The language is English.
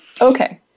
Okay